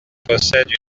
possède